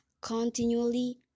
Continually